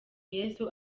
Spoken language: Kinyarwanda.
yesu